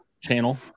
channel